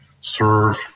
serve